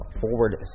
forward